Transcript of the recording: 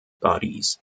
bodies